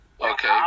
Okay